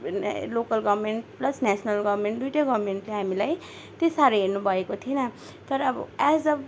local government plus national government दुइटै गभर्मेन्टले हामीलाई त्यति साह्रो हेर्नुभएको थिएन तर अब एज अ